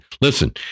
listen